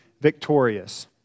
victorious